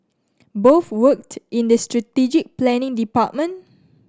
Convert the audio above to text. both worked in the strategic planning department